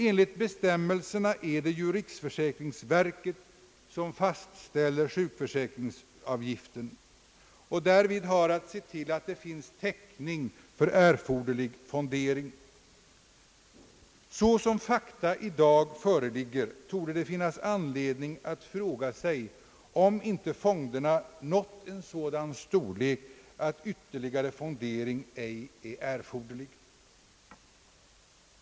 Enligt bestämmelserna är det ju riksförsäkringsverket som fastställer sjukförsäkringsavgiften, och det har därvid att se till att det finns täckning för erforderlig fondering. Med hänsyn till föreliggande förhållanden torde det finnas anledning att ifrågasätta, om inte fonderna nått en sådan storlek att ytterligare fondering ej är erforderlig.